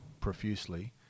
profusely